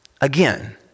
Again